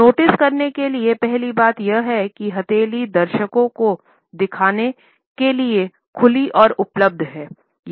तो नोटिस करने के लिए पहली बात यह है कि हथेली दर्शकों के देखने के लिए खुली और उपलब्ध है